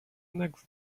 next